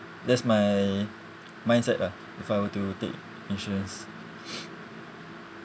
that's my mindset ah if I were to take insurance